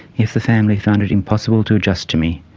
if the family found it impossible to adjust to me,